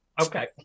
Okay